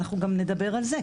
אנחנו גם נדבר על זה,